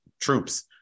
troops